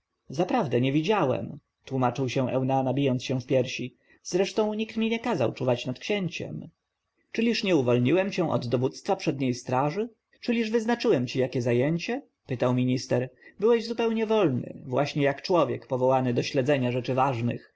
zaprawdę nie widziałem tłomaczył się eunana bijąc się w piersi zresztą nikt mi nie kazał czuwać nad księciem czyliż nie uwolniłem cię od dowództwa przedniej straży czyliż wyznaczyłem ci jakie zajęcie pytał minister byłeś zupełnie wolny właśnie jak człowiek powołany do śledzenia rzeczy ważnych